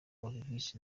olivis